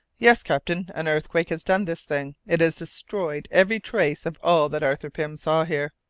yes, captain, an earthquake has done this thing it has destroyed every trace of all that arthur pym saw here.